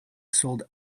sold